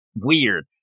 weird